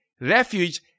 refuge